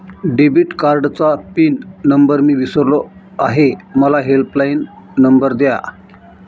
debit कार्डचा PIN number मी विसरलो आहे मला हेल्पलाइन नंबर द्या